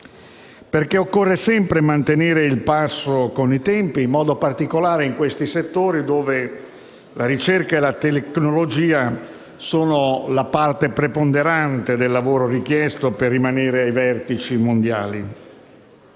perché occorre sempre mantenere il passo con i tempi, in modo particolare in questi settori dove la ricerca e la tecnologia costituiscono la parte preponderante del lavoro richiesto per rimanere ai vertici mondiali.